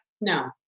no